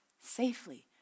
safely